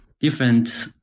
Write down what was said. different